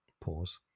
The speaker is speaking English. Pause